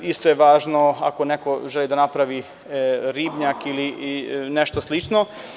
Isto je važno ako neko želi da napravi ribnjak ili nešto slično.